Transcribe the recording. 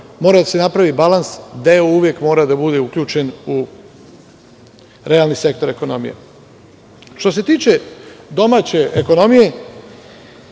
mora da se napravi balans, gde uvek mora da bude uključen u realne sektore ekonomije. Što se tiče domaće ekonomije,